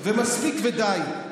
ומספיק ודי.